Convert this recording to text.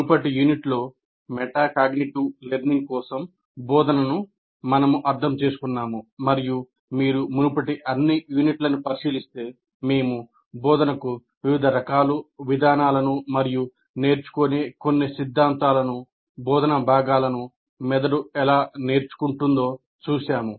మునుపటి యూనిట్లో metacognitive learning కోసం బోధనను మేము అర్థం చేసుకున్నాము మరియు మీరు మునుపటి అన్ని యూనిట్లను పరిశీలిస్తే మేము బోధనకు వివిధ రకాలు విధానాలను మరియు నేర్చుకునే కొన్ని సిద్ధాంతాలను బోధనా భాగాలను మెదడు ఎలా నేర్చుకుంటుందో చూశాము